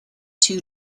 two